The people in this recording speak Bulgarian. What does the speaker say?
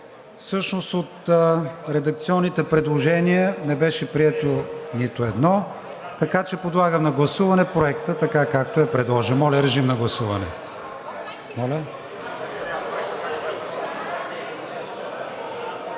Всъщност от редакционните предложения не беше прието нито едно, така че подлагам на гласуване Проекта, както е предложен. Моля, режим на гласуване.